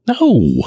No